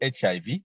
HIV